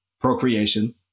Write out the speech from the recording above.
procreation